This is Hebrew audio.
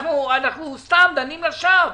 אנחנו מדברים לשווא.